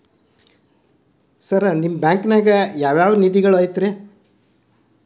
Sir ನಿಮ್ಮ ಬ್ಯಾಂಕನಾಗ ಯಾವ್ ಯಾವ ನಿಧಿಗಳು ಐತ್ರಿ?